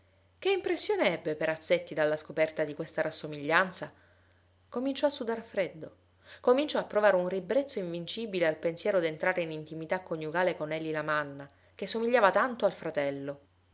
che impressione ebbe perazzetti dalla scoperta di questa rassomiglianza cominciò a sudar freddo cominciò a provare un ribrezzo invincibile al pensiero d'entrare in intimità coniugale con ely lamanna che somigliava tanto al fratello